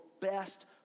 best